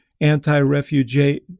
anti-refugee